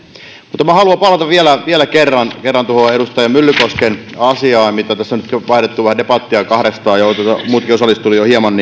mutta minä haluan palata vielä kerran tuohon edustaja myllykosken asiaan mistä tässä nyt jo tuli käytyä debattia kahdestaan ja muutkin osallistuivat jo hieman